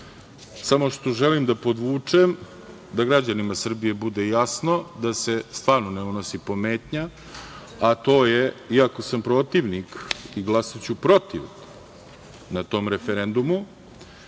Samo želim da podvučem, da građanima Srbije bude jasno da se stvarno ne unosi pometnja, a to je, iako sam protivnik i glasaću protiv na tom referendumu,